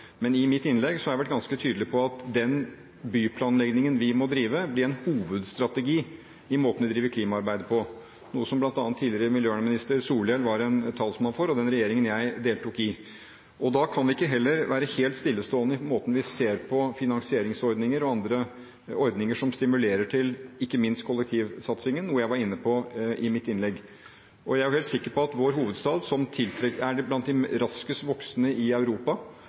men i mitt innlegg var jeg ganske tydelig på at den byplanleggingen vi må drive, bør bli en hovedstrategi i måten vi driver klimaarbeidet på, noe som bl.a. tidligere miljøvernminister Solhjell var en talsmann for, og den regjeringen jeg deltok i. Da kan vi heller ikke være helt stillestående i måten vi ser på finansieringsordninger og andre ordninger som stimulerer til ikke minst kollektivsatsingen, noe jeg var inne på i mitt innlegg. Jeg er helt sikker på at i vår hovedstad, som er blant de raskest voksende i Europa,